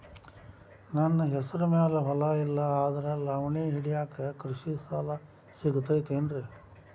ನನ್ನ ಹೆಸರು ಮ್ಯಾಲೆ ಹೊಲಾ ಇಲ್ಲ ಆದ್ರ ಲಾವಣಿ ಹಿಡಿಯಾಕ್ ಕೃಷಿ ಸಾಲಾ ಸಿಗತೈತಿ ಏನ್ರಿ?